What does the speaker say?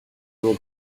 will